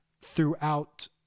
throughout